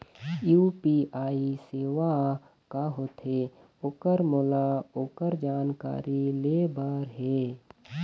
UPI सेवा का होथे ओकर मोला ओकर जानकारी ले बर हे?